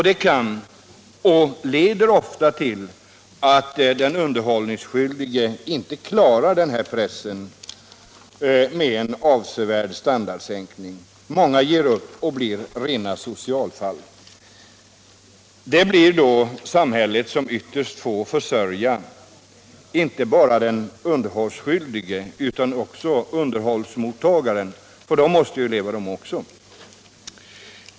Det kan leda till — och gör det ofta — att den underhållsskyldige inte klarar denna press med en avsevärd standardsänkning. Många ger upp och blir rena socialfall. Det blir då samhället som ytterst får försörja inte bara den underhållsskyldige utan också underhållsmottagaren — denne måste ju också leva.